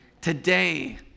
today